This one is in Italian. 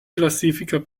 classifica